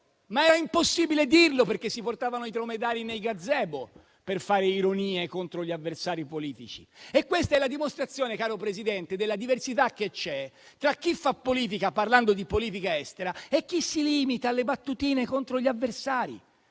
Ma era impossibile dirlo, perché si portavano i dromedari nei gazebo, per fare ironia contro gli avversari politici. Questa è la dimostrazione, caro Presidente, della diversità che c'è tra chi fa politica parlando di politica estera e chi si limita alle battutine contro gli avversari,